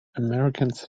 americans